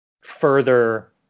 further